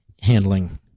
handling